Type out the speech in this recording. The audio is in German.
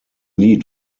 lied